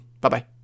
Bye-bye